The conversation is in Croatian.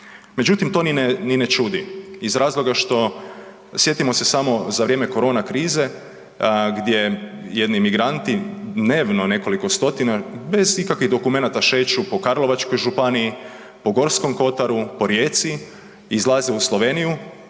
Međutim, to ni ne čudi. Iz razloga što, sjetimo se samo za vrijeme korona krize, gdje je jedni imigranti dnevno, nekoliko stotina, bez ikakvih dokumenata šeću po Karlovačkoj županiji, po Gorskom kotaru, po Rijeci, izlaze u Sloveniju,